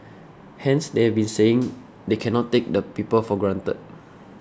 hence they have been saying they cannot take the people for granted